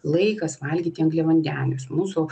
laikas valgyti angliavandenius mūsų